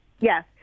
Yes